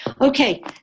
Okay